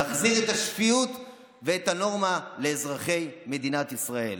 נחזיר את השפיות ואת הנורמה לאזרחי מדינת ישראל.